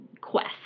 quest